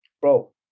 Bro